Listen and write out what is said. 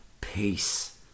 peace